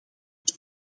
het